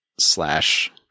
slash